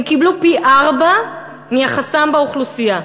הם קיבלו פי-ארבעה מיחסם באוכלוסייה.